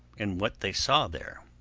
and what they saw there.